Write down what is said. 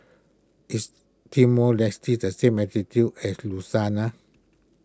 is Timor Leste the same latitude as